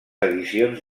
edicions